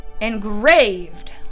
engraved